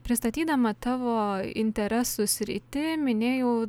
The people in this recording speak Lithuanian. pristatydama tavo interesų sritį minėjau